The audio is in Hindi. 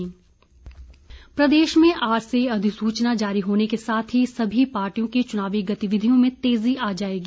प्रचार प्रदेश में आज से अधिसूचना जारी होने के साथ ही सभी पार्टियों की चुनावी गतिविधियों में तेजी आ जाएगी